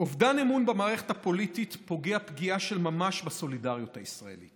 אובדן אמון במערכת הפוליטית פוגע פגיעה של ממש בסולידריות הישראלית.